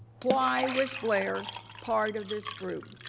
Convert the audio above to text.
why was blair part of this group?